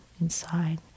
inside